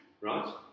right